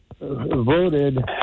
voted